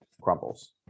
crumbles